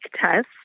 test